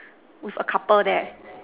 with a couple there